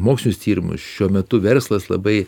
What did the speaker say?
mokslinius tyrimus šiuo metu verslas labai